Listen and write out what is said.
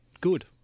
good